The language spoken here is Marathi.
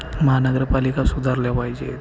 महानगरपालिका सुधारल्या पाहिजेत